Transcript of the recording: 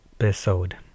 episode